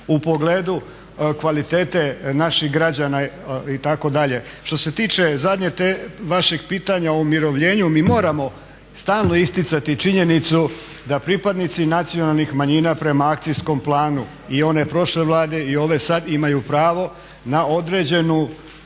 u pogledu kvalitete naših građana itd. Što se tiče zadnjeg vašeg pitanja o umirovljenju, mi moramo stalno isticati činjenicu da pripadnici nacionalnih manjina prema akcijskom planu i one prošle Vlade i ove sad imaju pravo na određeni